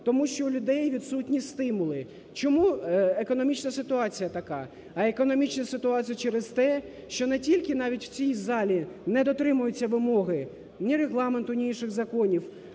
Тому що у людей відсутні стимули. Чому економічна ситуація така? А економічна ситуація через те, що не тільки, навіть в цій залі не дотримуються вимоги ні Регламенту, ні інших законів,